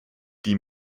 die